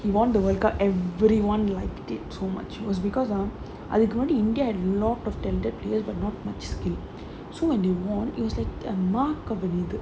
he won the wake up everyone liked it too much was because அதுக்கு வந்து:athukku vanthu india so when they won is like a mark of the leader